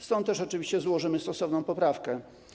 Stąd też oczywiście złożymy stosowną poprawkę.